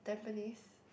Tampines